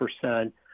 percent